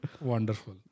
Wonderful